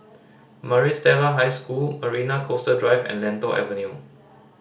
Maris Stella High School Marina Coastal Drive and Lentor Avenue